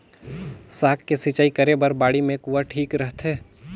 साग के सिंचाई करे बर बाड़ी मे कुआँ ठीक रहथे?